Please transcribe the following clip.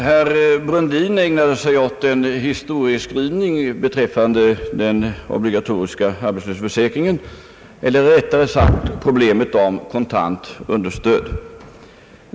Herr talman! Herr Brundin ägnade sig åt historieskrivning beträffande den obligatoriska arbetslöshetsförsäkringen, eller rättare sagt problemet om kontant understöd.